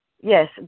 Yes